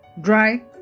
dry